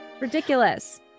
Ridiculous